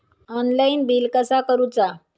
Online bill कसा करुचा?